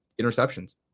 interceptions